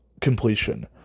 completion